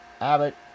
Abbott